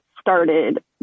started